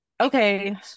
okay